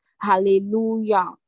Hallelujah